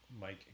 Mike